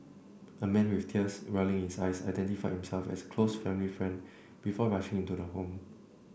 a man with tears welling in his eyes identified himself as a close family friend before rushing into the home